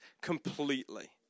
completely